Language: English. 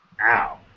Ow